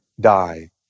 die